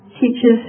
teaches